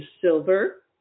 silver